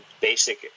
basic